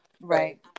Right